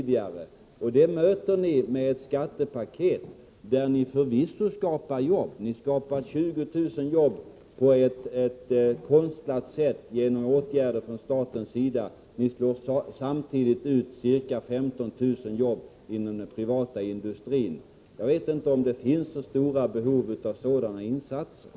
Ni möter den med ett skattepaket där ni förvisso skapar jobb — ni skapar 20 000 jobb på ett konstlat sätt genom åtgärder från statens sida — men där ni samtidigt slår ut ca 15 000 jobb inom den privata industrin. Jag vet inte om det finns så stort behov av sådana insatser.